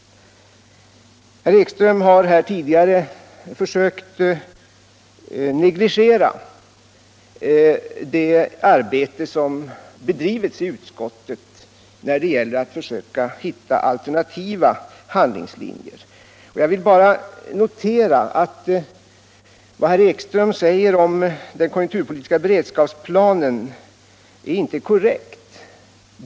Herr Ekström ville här negligera det arbete som bedrivits i utskottet när det gällt att försöka hitta alternativa handlingslinjer. Men jag noterar då att vad herr Ekström sade om den konjunkturpolitiska beredskapsplanen inte var korrekt.